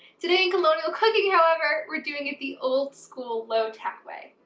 today in colonial cooking, however, we're doing it the old school, low-tech way.